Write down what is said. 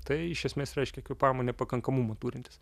tai iš esmės reiškia kvėpavimo nepakankamumą turintys